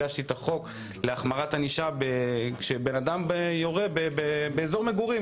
אני הגשתי את החוק להחמרת ענישה כשבן אדם יורה בנשק באזור מגורים,